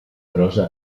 prosa